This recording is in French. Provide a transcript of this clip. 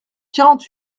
quarante